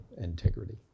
integrity